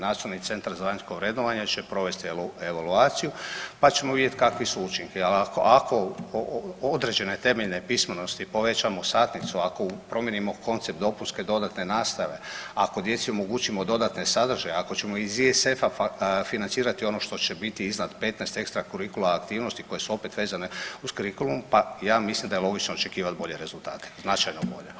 Nacionalni centar za vanjsko vrednovanje će provesti evaluaciju, pa ćemo vidjet kakvi su učinci jel ako, ako određene temeljne pismenosti povećamo satnicu, ako promijenimo koncept dopunske i dodatne nastave, ako djeci omogućimo dodatne sadržaje, ako ćemo iz ISF-a financirati ono što će biti iznad 15 ekstra kurikula aktivnosti koje su opet vezane uz kurikulum, pa ja mislim da je logično očekivat bolje rezultate, značajno bolje.